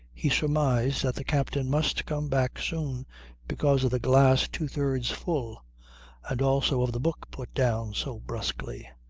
he surmised that the captain must come back soon because of the glass two-thirds full and also of the book put down so brusquely.